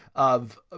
of, ah